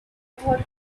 thought